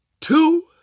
two